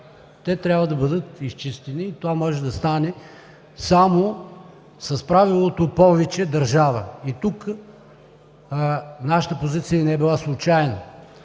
те трябва да бъдат изчистени. Това може да стане само с правилото: „повече държава“. И тук нашата позиция не е била случайна.